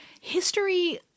history